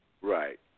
Right